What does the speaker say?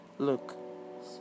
Look